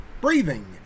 breathing